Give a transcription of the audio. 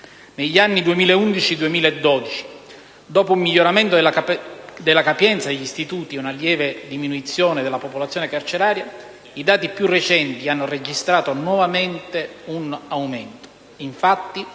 Negli anni 2011-2012, dopo un miglioramento della capienza degli istituti e una lieve diminuzione della popolazione carceraria, i dati più recenti hanno registrato nuovamente un aumento: